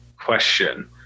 question